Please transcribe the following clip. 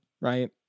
right